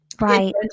Right